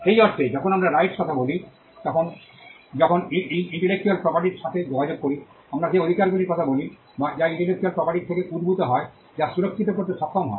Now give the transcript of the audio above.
সেই অর্থে যখন আমরা রাইটস এর কথা বলি যখন ইন্টেলেকচুয়াল প্রপার্টির সাথে যোগাযোগ করি আমরা সেই অধিকারগুলির কথা বলি যা ইন্টেলেকচুয়াল প্রপার্টির থেকে উদ্ভূত হয় যা সুরক্ষিত করতে সক্ষম হয়